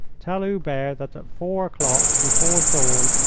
tell hubert that at four o'clock, before dawn,